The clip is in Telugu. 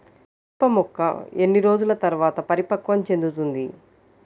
మిరప మొక్క ఎన్ని రోజుల తర్వాత పరిపక్వం చెందుతుంది?